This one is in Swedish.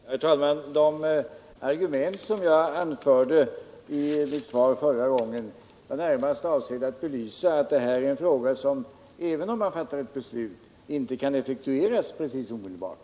Herr talman! De argument som jag anförde i mitt svar förra gången var närmast avsedda att belysa att — även om man fattar beslut — detta är en fråga, där ett beslut inte kan effektueras omedelbart.